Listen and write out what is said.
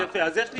יפה, אז יש לי